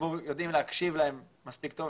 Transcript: ציבור יודעים להקשיב להם מספיק טוב,